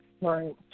Right